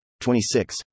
26